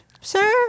sir